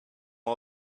all